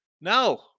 No